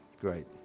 Great